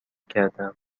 کردهام